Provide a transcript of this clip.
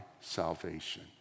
salvation